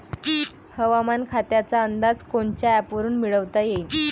हवामान खात्याचा अंदाज कोनच्या ॲपवरुन मिळवता येईन?